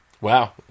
Wow